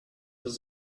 was